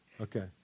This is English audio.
Okay